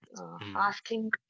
Asking